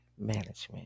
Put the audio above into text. Management